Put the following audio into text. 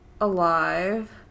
alive